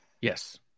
Yes